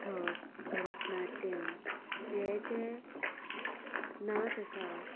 कथक भरतनाट्यम हे जे नाच आसात